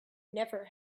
never